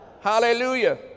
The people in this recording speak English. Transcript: Hallelujah